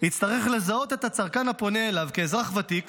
יצטרך לזהות את הצרכן הפונה אליו כאזרח ותיק